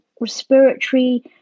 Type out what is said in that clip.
respiratory